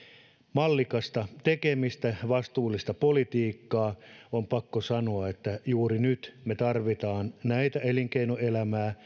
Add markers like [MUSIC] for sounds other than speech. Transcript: mallikasta tekemistä vastuullista politiikkaa on pakko sanoa että juuri nyt me tarvitsemme näitä elinkeinoelämää [UNINTELLIGIBLE]